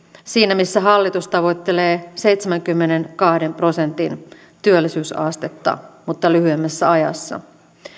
siinä missä hallitus tavoittelee seitsemänkymmenenkahden prosentin työllisyysastetta mutta lyhyemmässä ajassa